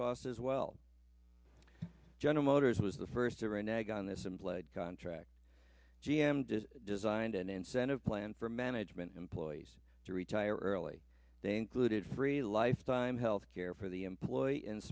costs as well general motors was the first to run egg on this and led contract g m does designed an incentive plan for management employees to retire early they included free lifetime health care for the employee and